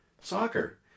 soccer